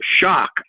shock